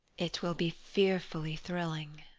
it will be fearfully thrilling.